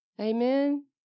Amen